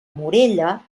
morella